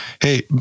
Hey